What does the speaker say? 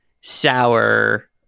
sour